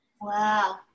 Wow